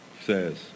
says